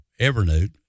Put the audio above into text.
Evernote